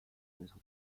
maître